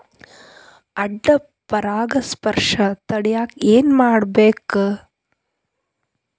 ಅಡ್ಡ ಪರಾಗಸ್ಪರ್ಶ ತಡ್ಯಾಕ ಏನ್ ಮಾಡ್ಬೇಕ್?